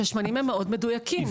שהם מאוד מדויקים.